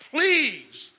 Please